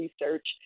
research